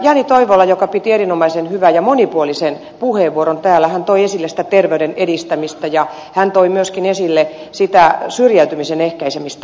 jani toivola joka piti erinomaisen hyvän ja monipuolisen puheenvuoron täällä toi esille sitä terveyden edistämistä ja hän toi myöskin esille sitä syrjäytymisen ehkäisemistä